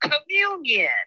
communion